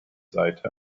seite